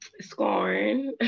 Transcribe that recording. Scorn